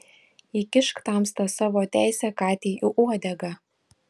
įkišk tamsta savo teisę katei į uodegą